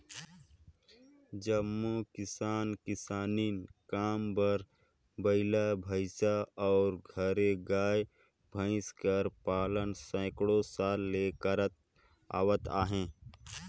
जम्मो किसान किसानी काम बर बइला, भंइसा अउ घरे गाय, भंइस कर पालन सैकड़ों साल ले करत आवत अहें